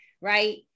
right